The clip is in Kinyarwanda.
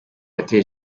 yateje